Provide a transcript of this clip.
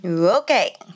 Okay